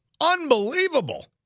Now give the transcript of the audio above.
Unbelievable